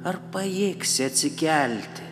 ar pajėgsi atsikelti